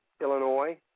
Illinois